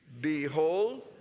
Behold